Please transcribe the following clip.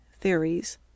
Theories